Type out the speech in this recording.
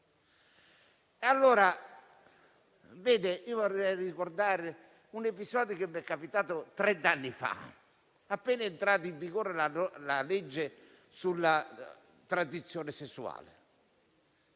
ho la necessità. Vorrei ricordare un episodio che mi è capitato trent'anni fa, appena entrata in vigore la legge sulla transizione sessuale.